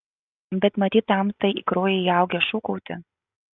bet matyt tamstai į kraują įaugę šūkauti